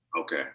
Okay